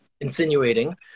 insinuating